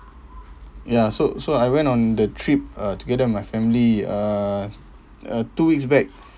ya so so I went on the trip uh together with my family uh uh two weeks back